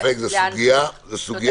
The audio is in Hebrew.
איך --- אין ספק שזו סוגיה חשובה,